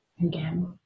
again